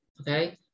okay